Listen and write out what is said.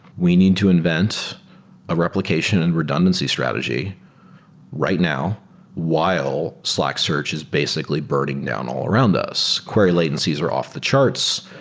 we need to invent a replication and redundancy strategy right now while slack searches basically burning down all around us. query latencies were off the charts.